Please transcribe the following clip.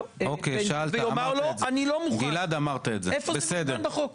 בן גביר ויאמר לו: אני לא מוכן איפה זה סותר את החוק?